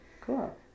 Cool